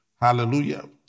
Hallelujah